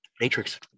Matrix